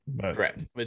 Correct